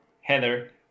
Heather